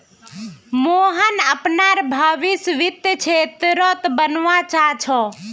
मोहन अपनार भवीस वित्तीय क्षेत्रत बनवा चाह छ